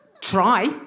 Try